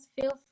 feel